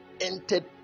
entered